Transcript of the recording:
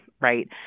Right